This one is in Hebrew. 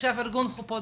עכשיו ארגון חופות,